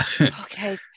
Okay